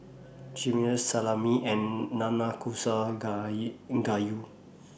Chimichangas Salami and Nanakusa Gayu